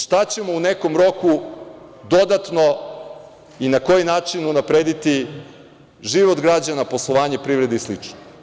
Šta ćemo u nekom roku dodatno i na koji način unaprediti život građana, poslovanje privrede i slično?